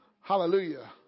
Hallelujah